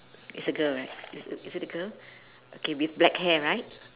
is a girl right is is it a girl okay with black hair right